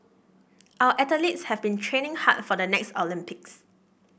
our athletes have been training hard for the next Olympics